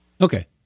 Okay